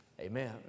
amen